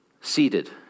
Seated